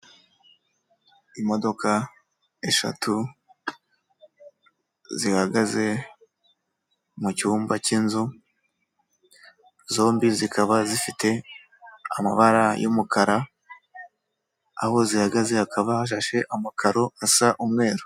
Imodoka eshatu zihagaze mu cyumba cy'inzu zombi zikaba zifite amabara y'umukara aho zihagaze hakaba hashashe amakaro asa umweru.